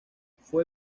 fue